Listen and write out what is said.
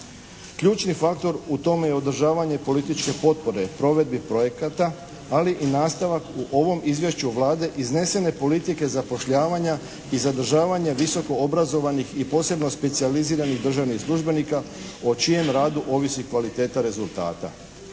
Ključni faktor u tome je održavanje političke potpore provedbi projekata, ali i nastavak u ovom izvješću Vlade iznesene politike zapošljavanja i zadržavanja visokoobrazovanih i posebno specijaliziranih državnih službenika o čijem radu ovisi kvaliteta rezultata.